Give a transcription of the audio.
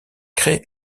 créent